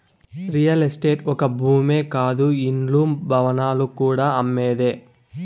real estate ఒక్క భూమే కాదు ఇండ్లు, భవనాలు కూడా అమ్మేదే